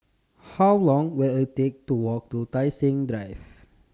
How Long Will IT Take to Walk to Tai Seng Drive